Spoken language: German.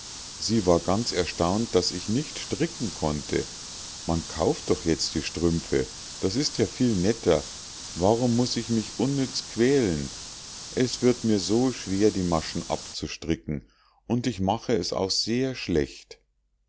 sie war ganz erstaunt daß ich nicht stricken konnte man kauft doch jetzt die strümpfe das ist ja viel netter warum muß ich mich unnütz quälen es wird mir so schwer die maschen abzustricken und ich mache es auch sehr schlecht